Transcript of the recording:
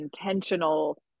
intentional